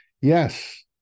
yes